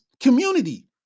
Community